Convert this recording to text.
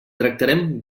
tractarem